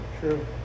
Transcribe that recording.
true